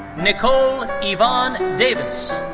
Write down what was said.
nicole yvonne davis.